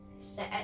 set